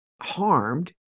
harmed